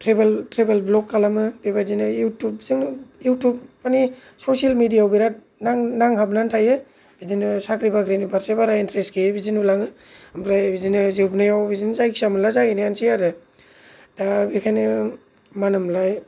travel blog खालामो बेबादिनो इउटुबजों इउटुब माने ससियेल मेडियायाव बिराद नांहाबनानै थायो बिदिनो साख्रि बाख्रिनि फारसे बारा इन्टरेस्ट गैयै बिदि नुलाङो ओमफ्राय बिदिनो जोबनायाव बिदिनो जायखिया मोनला जाहैनायानसै आरो दा बिखायनो मा होनो मोनलाय